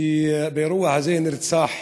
שבאירוע הזה נרצח